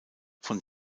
von